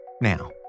Now